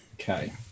Okay